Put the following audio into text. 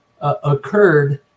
occurred